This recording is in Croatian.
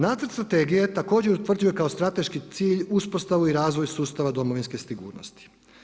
Nacrt strategije također utvrđuje kao strateški cilj uspostavu i razvoj sustava domovinske sigurnosti.